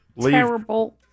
Terrible